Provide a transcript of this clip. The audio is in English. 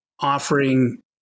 Offering